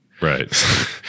Right